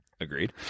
Agreed